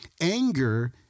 Anger